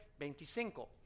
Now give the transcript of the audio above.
25